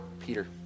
Peter